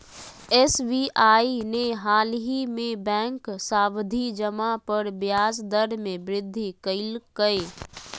SBI ने हालही में बैंक सावधि जमा पर ब्याज दर में वृद्धि कइल्कय